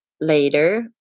later